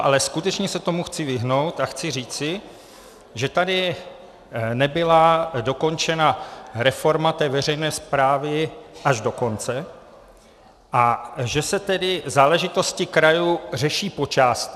Ale skutečně se tomu chci vyhnout a chci říci, že tady nebyla dokončena reforma té veřejné správy až do konce a že se tedy záležitosti krajů řeší po částech.